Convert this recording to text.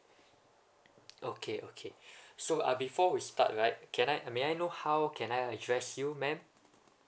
okay okay so uh before we start right can I uh may I know how can I address you ma'am